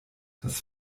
das